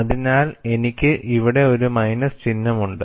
അതിനാൽ എനിക്ക് ഇവിടെ ഒരു മൈനസ് ചിഹ്നമുണ്ട്